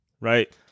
right